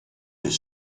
his